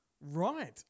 Right